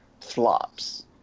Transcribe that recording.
flops